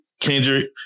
Kendrick